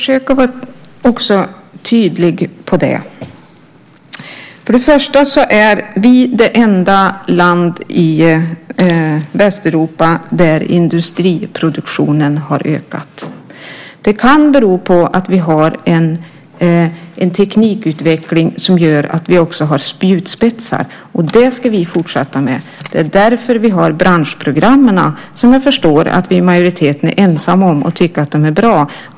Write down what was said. Herr talman! Jag ska försöka att vara tydlig här också. Vi är det enda land i Västeuropa där industriproduktionen har ökat. Det kan bero på att vi har en teknikutveckling där vi också har spjutspetsar, och det ska vi fortsätta med. Det är därför vi har dessa branschprogram som jag förstår att vi i majoriteten är ensamma om att tycka är bra.